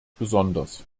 besonders